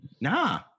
Nah